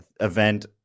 event